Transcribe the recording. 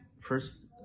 First